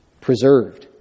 preserved